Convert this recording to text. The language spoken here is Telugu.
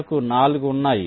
మనకు 4 ఉన్నాయి